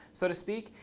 so to speak,